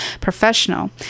professional